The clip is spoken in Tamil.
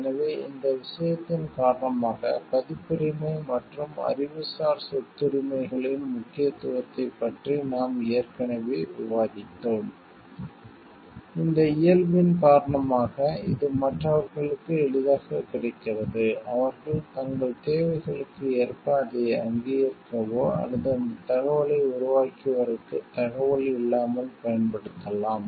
எனவே இந்த விஷயத்தின் காரணமாக பதிப்புரிமை மற்றும் அறிவுசார் சொத்துரிமைகளின் முக்கியத்துவத்தைப் பற்றி நாம் ஏற்கனவே விவாதித்தோம் இந்த இயல்பின் காரணமாக இது மற்றவர்களுக்கு எளிதாகக் கிடைக்கிறது அவர்கள் தங்கள் தேவைகளுக்கு ஏற்ப அதை அங்கீகரிக்கவோ அல்லது அந்த தகவலை உருவாக்கியவர்க்கு தகவல் இல்லாமல் பயன்படுத்தலாம்